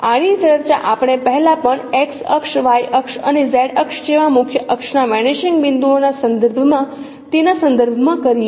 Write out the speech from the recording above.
આની ચર્ચા આપણે પહેલા પણ X અક્ષ Y અક્ષ અને Z અક્ષ જેવા મુખ્ય અક્ષના વેનિશિંગ બિંદુઓના સંદર્ભમાં તેના સંદર્ભમાં કરી છે